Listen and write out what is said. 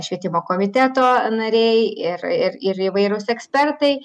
švietimo komiteto nariai ir ir ir įvairūs ekspertai